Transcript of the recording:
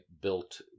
built